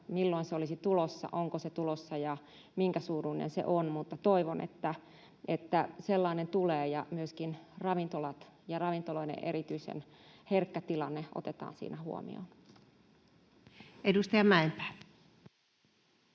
milloin se olisi tulossa, onko se tulossa ja minkä suuruinen se on, mutta toivon, että sellainen tulee ja myöskin ravintolat ja ravintoloiden erityisen herkkä tilanne otetaan siinä huomioon. Edustaja Mäenpää.